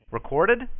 Recorded